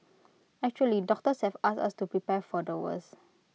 actually doctors have asked us to prepare for the worst